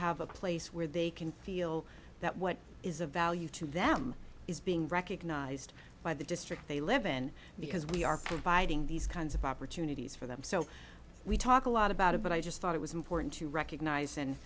have a place where they can feel that what is of value to them is being recognized by the district they live in because we are providing these kinds of opportunities for them so we talk a lot about it but i just thought it was important to recognize and